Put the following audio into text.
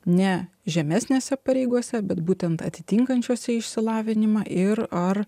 ne žemesnėse pareigose bet būtent atitinkančiuose išsilavinimą ir ar